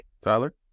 Tyler